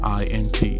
int